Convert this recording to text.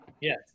Yes